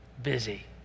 busy